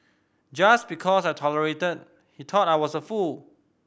just because I tolerated he thought I was a fool